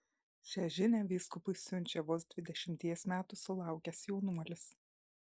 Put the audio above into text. šią žinią vyskupui siunčia vos dvidešimties metų sulaukęs jaunuolis